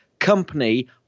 company